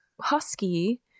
husky